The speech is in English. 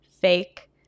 Fake